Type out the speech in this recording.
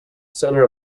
center